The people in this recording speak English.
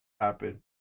happen